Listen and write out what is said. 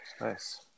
nice